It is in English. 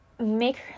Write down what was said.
make